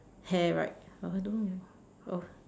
hair right I don't know oh